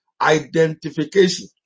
identification